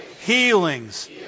healings